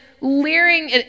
leering